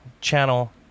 channel